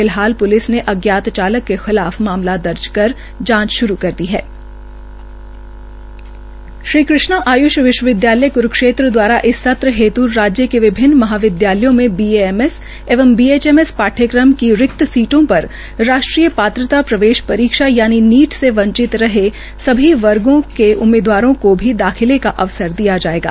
फिलहाल पुलिस ने अज्ञात चालक के खिलाफ मामला दर्ज कर जांच शुरू कर दी हथ श्री कृष्णा आय्ष विश्वविद्यालय क्रुक्षेत्र द्वारा इस सत्र हेत् राज्य के विभिन्न महाविदयालयों में बीएएमएस एवं बीएचएमएस पाठ्यक्रम की रिक्त सीटों पर राष्ट्रीय प्रवेश परीक्षा यानि नीट से वंचित रहे सभी वर्गो को उम्मीदवारों को भी दाखिले का अवसर दिया जायेगा